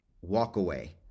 walk-away